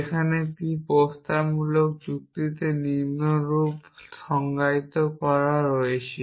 যেখানে p প্রস্তাবনামূলক যুক্তি তে নিম্নরূপ সংজ্ঞায়িত করা হয়েছে